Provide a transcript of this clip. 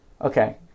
Okay